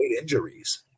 injuries